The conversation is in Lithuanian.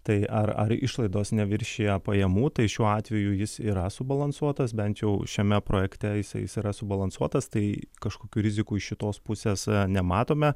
tai ar ar išlaidos neviršija pajamų tai šiuo atveju jis yra subalansuotas bent jau šiame projekte jisai jis yra subalansuotas tai kažkokių rizikų iš šitos pusės nematome